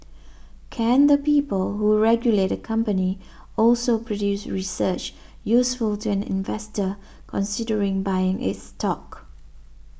can the people who regulate a company also produce research useful to an investor considering buying its stock